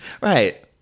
Right